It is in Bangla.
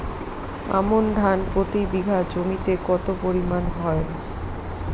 আমন ধান প্রতি বিঘা জমিতে কতো পরিমাণ হয়?